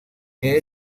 que